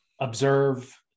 observe